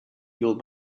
fueled